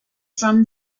from